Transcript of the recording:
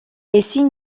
ezin